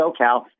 socal